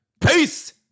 Peace